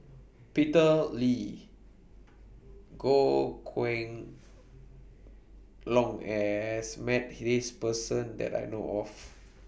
Peter Lee Goh Kheng Long has Met This Person that I know of